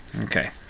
okay